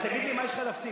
תגיד לי: מה יש לך להפסיד?